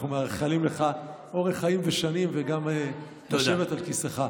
אנחנו מאחלים לך אורך חיים ושנים וגם לשבת על כיסאך.